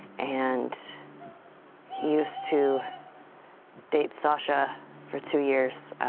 and he used to date sasha for two years,